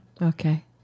Okay